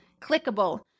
clickable